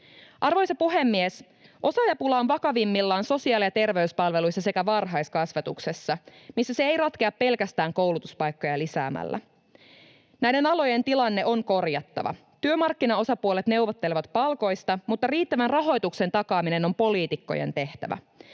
Arvoisa puhemies! Osaajapula on vakavimmillaan sosiaali- ja terveyspalveluissa sekä varhaiskasvatuksessa, missä se ei ratkea pelkästään koulutuspaikkoja lisäämällä. Näiden alojen tilanne on korjattava. Työmarkkinaosapuolet neuvottelevat palkoista, mutta riittävän rahoituksen takaaminen on poliitikkojen tehtävä.